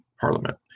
Parliament